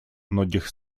многих